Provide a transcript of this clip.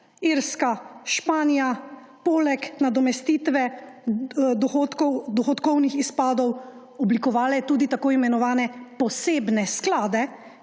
Irska, Španija, poleg nadomestitve dohodkovnih izpadov oblikovale tudi tako imenovane posebne sklade,